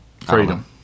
Freedom